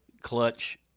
clutch